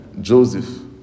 Joseph